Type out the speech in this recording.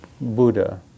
Buddha